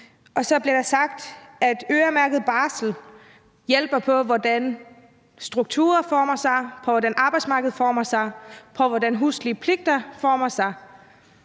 og så bliver der sagt, at øremærket barsel hjælper på, hvordan strukturer former sig, hvordan arbejdsmarkedet former sig, og hvordan huslige pligter former sig.